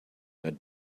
that